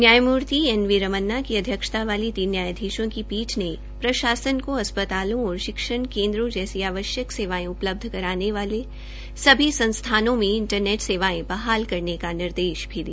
न्यायमूर्ति N V Ramana की अध्यक्षता वाली तीन न्यायधीशों की पीठ ने प्रशासन को अस्पतालों और शिक्षण केन्द्रों जैसी आवश्यक सेवायें उपलब्ध कराने वाले संस्थानों में इंटरनेट सेवायें बहाल करने का निर्देश भी दिया